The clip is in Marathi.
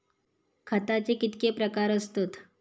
खताचे कितके प्रकार असतत?